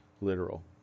literal